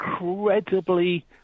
incredibly